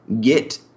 get